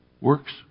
works